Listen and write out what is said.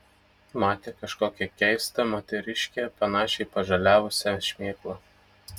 matė kažkokią keistą moteriškę panašią į pažaliavusią šmėklą